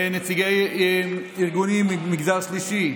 נציגי ארגונים מהמגזר השלישי,